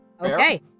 Okay